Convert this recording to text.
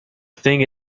thing